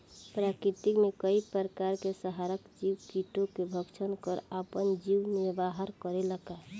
प्रकृति मे कई प्रकार के संहारक जीव कीटो के भक्षन कर आपन जीवन निरवाह करेला का?